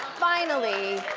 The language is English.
finally,